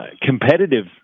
Competitive